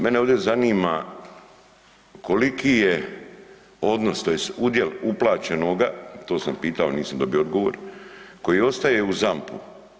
Mene ovdje zanima koliki je odnos, tj. udjel uplaćenoga, to sam pitao, nisam dobio odgovor, koji ostaje u ZAMP-u.